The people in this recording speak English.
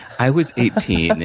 i was eighteen,